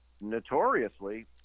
notoriously